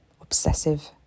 obsessive